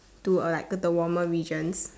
to a like the warmer regions